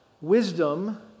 wisdom